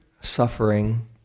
suffering